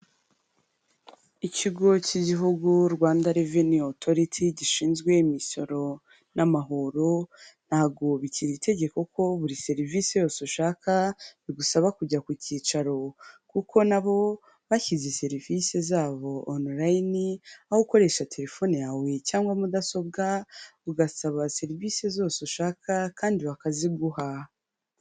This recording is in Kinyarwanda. Ikigo cy'igihugu Rwanda reveni otoriti gishinzwe imisoro n'amahoro ntabikira itegeko ko buri serivisi yose ushaka bigusaba kujya ku cyicaro kuko nabo bashyize serivisi zabo onurayini aho ukoresha telefone yawe cyangwa mudasobwa ugasaba serivisi zose ushaka kandi bakaziguha.